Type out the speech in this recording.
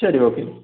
சரி ஓகேங்க